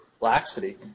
laxity